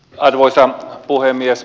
arvoisa puhemies